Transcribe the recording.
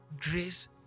grace